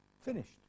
Finished